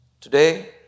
Today